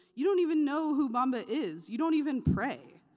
you don't even know who bamba is. you don't even pray.